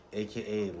aka